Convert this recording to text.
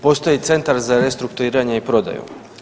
Postoji Centar za restrukturiranje i prodaju.